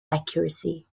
accuracy